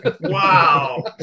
Wow